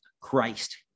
Christ